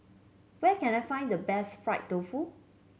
where can I find the best Fried Tofu